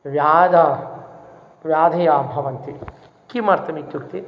व्याधाः व्याधयाः भवन्ति किमर्थमित्युक्ते